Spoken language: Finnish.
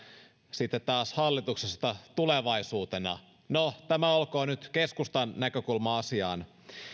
sitten taas hallituksesta tulevaisuutena no tämä olkoon nyt keskustan näkökulma asiaan